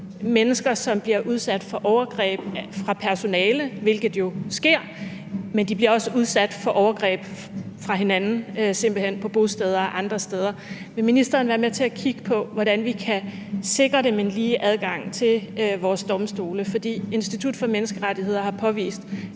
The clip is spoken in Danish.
mennesker, som bliver udsat for overgreb fra personale, hvilket jo sker, men de bliver simpelt hen også udsat for overgreb fra hinanden på bosteder og andre steder. Vil ministeren være med til at kigge på, hvordan vi kan sikre dem en lige adgang til vores domstole? For Institut for Menneskerettigheder har påvist,